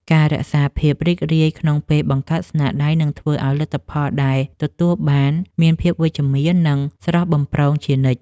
ការរក្សាភាពរីករាយក្នុងពេលបង្កើតស្នាដៃនឹងធ្វើឱ្យលទ្ធផលដែលទទួលបានមានភាពវិជ្ជមាន និង ស្រស់បំព្រងជានិច្ច។